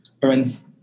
parents